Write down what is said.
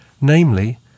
Namely